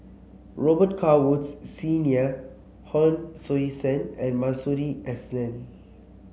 Robet Carr Woods Senior Hon Sui Sen and Masuri S N